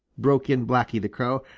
broke in blacky the crow.